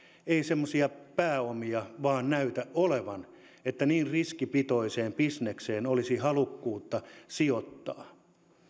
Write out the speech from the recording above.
ei semmoisia pääomia vain näytä olevan että niin riskipitoiseen bisnekseen olisi halukkuutta sijoittaa